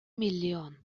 миллион